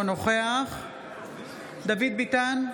אינו נוכח דוד ביטן,